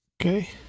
Okay